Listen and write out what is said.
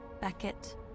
Beckett